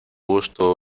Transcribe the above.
gusto